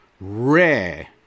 rare